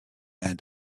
and